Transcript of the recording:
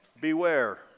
Beware